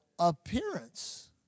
Appearance